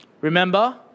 Remember